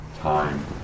time